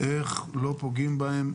איך לא פוגעים בהם.